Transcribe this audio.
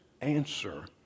answer